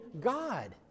God